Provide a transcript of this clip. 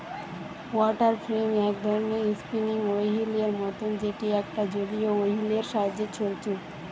water frame এক ধরণের spinning wheel এর মতন যেটি একটা জলীয় ওহীল এর সাহায্যে ছলছু